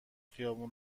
خیابون